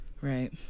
Right